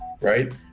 right